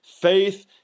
Faith